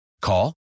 Call